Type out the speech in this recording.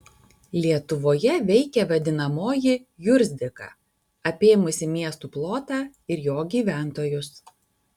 lietuvoje veikė vadinamoji jurzdika apėmusi miestų plotą ir jo gyventojus